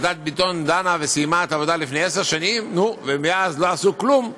ועדת ביטון דנה וסיימה את העבודה לפני עשר שנים ומאז לא עשו כלום?